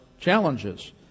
challenges